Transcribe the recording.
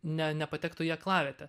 ne nepatektų į aklavietę